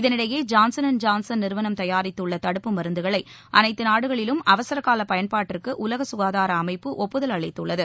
இதனிடையே Johnson and Johnson நிறுவனம் தயாரித்துள்ள தடுப்பு மருந்துகளை அனைத்து நாடுகளிலும் அவசர கால பயன்பாட்டிற்கு உலக சுகாதார அமைப்பு ஒப்புதல் அளித்துள்ளது